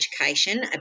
education